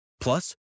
Plus